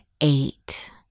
eight